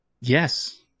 Yes